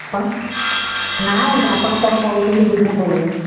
ଆପଣ ନାଇଁ ଆପଣ କ'ଣ କହୁଛନ୍ତି ବୁଝାପଡ଼ୁନି